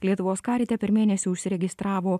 lietuvos karite per mėnesį užsiregistravo